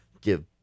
give